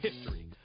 history